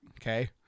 Okay